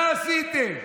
מה עשיתם?